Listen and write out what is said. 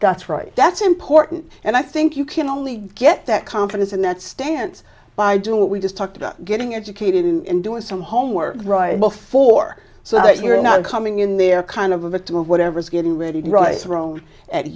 that's right that's important and i think you can only get that confidence in that stance by doing that we just talked about getting educated and doing some homework before so that you're not coming in there kind of a victim of whatever's getting ready right thrown at